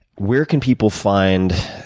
where can people find